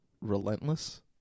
relentless